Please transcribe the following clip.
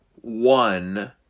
one